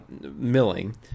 milling